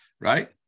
right